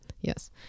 yes